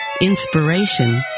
inspiration